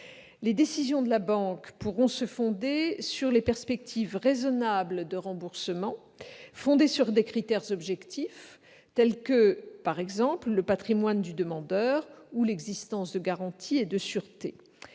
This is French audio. Les décisions de la banque pourront se fonder sur les perspectives raisonnables de remboursement, reposant elles-mêmes sur des critères objectifs tels que, par exemple, le patrimoine du demandeur ou l'existence de garanties et de sûretés.